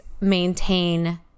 maintain